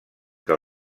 que